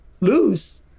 lose